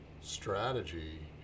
strategy